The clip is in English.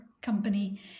company